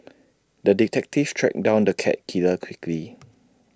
the detective tracked down the cat killer quickly